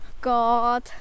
God